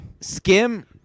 Skim